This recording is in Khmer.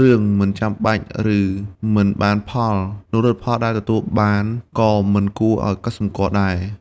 រឿងមិនចាំបាច់ ឬមិនបានផល នោះលទ្ធផលដែលទទួលបានក៏មិនគួរឱ្យកត់សម្គាល់ដែរ។